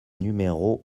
numéro